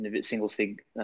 single-sig